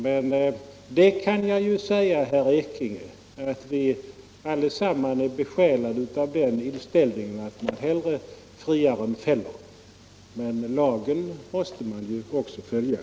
Men det kan jag säga, herr Ekinge, att vi allesammans är besjälade av den inställningen att man hellre friar än fäller. En annan sak är att lagen också måste följas.